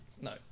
No